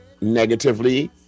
negatively